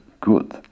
good